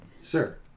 Sir